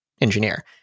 engineer